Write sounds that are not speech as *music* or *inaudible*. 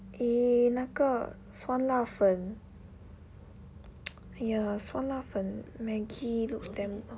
eh 那个酸辣粉 *noise* !haiya! 酸辣粉 Maggi looks damn